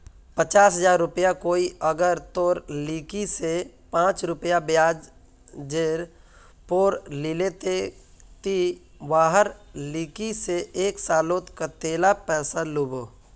पचास हजार रुपया कोई अगर तोर लिकी से पाँच रुपया ब्याजेर पोर लीले ते ती वहार लिकी से एक सालोत कतेला पैसा लुबो?